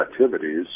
activities